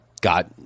got